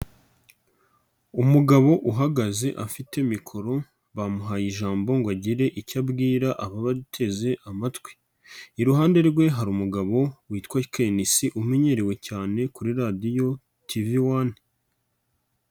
Umugabo uhagaze afite mikoro bamuhaye ijambo ngo agire icyo abwira ababateze amatwi, iruhande rwe hari umugabo witwa KNC umenyerewe cyane kuri Radio TV One.